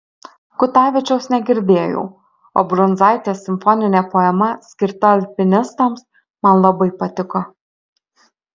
kutavičiaus negirdėjau o brundzaitės simfoninė poema skirta alpinistams man labai patiko